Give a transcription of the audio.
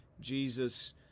Jesus